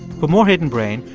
for more hidden brain,